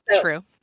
true